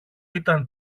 ήταν